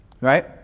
right